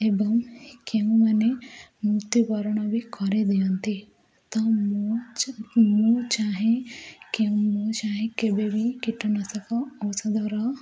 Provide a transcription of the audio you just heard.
ଏବଂ କେଉଁମାନେ ମୃତ୍ୟୁବରଣ ବି କରିଦିଅନ୍ତି ତ ମୁଁ ମୁଁ ଚାହେଁ ମୁଁ ଚାହେଁ କେବେ ବି କୀଟନାଶକ ଔଷଧର